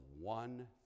one